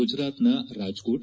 ಗುಜರಾತ್ನ ರಾಜ್ಕೋಟ್